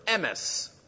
MS